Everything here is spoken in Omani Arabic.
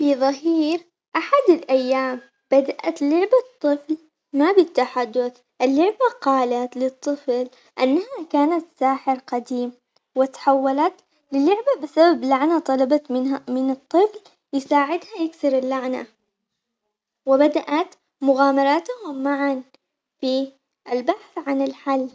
في ظهير أحد الأيام بدأت لعبة طفل ما بالتحدث اللعبة قالت للطفل أنها كانت ساحر قديم وتحولت للعبة بسبب لعنة، طلبت منها من الطفل يساعدها يكسر اللعنة، وبدأت مغامراتهم معاً في البحث عن الحل.